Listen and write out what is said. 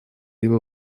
его